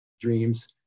dreams